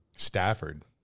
stafford